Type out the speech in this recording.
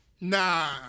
Nah